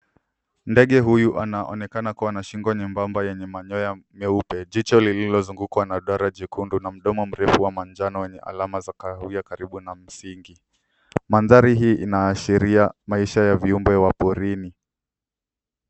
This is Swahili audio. Ndege huyu anaonekana kuwa na shingo nyembamba yenye manyoya meupe, jicho lililozungukwa na duara jekundu na mdomo mrefu wa manjano wenye alama za kahawia karibu na msingi . Maandhari hii inaashiria maisha ya viumbe wa porini.